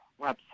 website